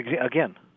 again